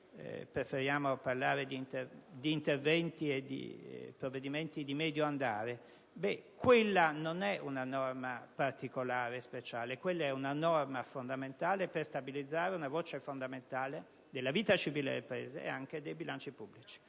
preferiamo parlare di interventi e di provvedimenti di medio andare), quella non è una norma particolare, speciale: quella è una norma fondamentale per stabilizzare una voce fondamentale della vita civile del Paese e anche dei bilanci pubblici.